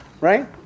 Right